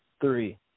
three